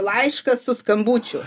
laiškas su skambučiu